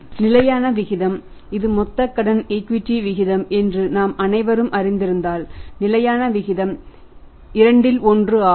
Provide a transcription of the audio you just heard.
நிலையான விகிதம் இது மொத்த கடன் ஈக்விட்டி விகிதம் என்று நாம் அனைவரும் அறிந்திருந்தால் நிலையான விகிதம் 2 1 ஆகும்